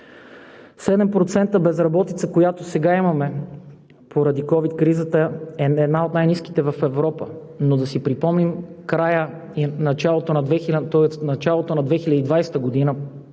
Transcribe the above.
безработица, която сега имаме поради ковид кризата, е една от най-ниските в Европа. Но да си припомним началото на 2020 г.,